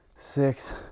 six